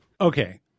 Okay